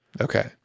Okay